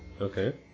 Okay